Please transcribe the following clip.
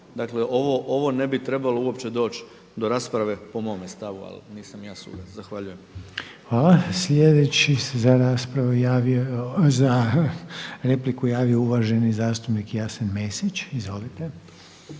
Dakle, ovo ne bi trebalo uopće doći do rasprave po mome stavu, ali nisam ja sudac. Zahvaljujem. **Reiner, Željko (HDZ)** Hvala. Sljedeći se za raspravu javio, za repliku javio uvaženi zastupnik Jasen Mesić. Izvolite.